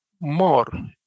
more